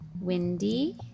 windy